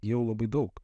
jau labai daug